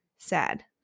sad